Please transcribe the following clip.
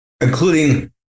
including